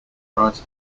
rights